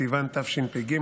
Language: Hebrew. בסיוון התשפ"ג,